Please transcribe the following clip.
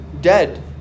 dead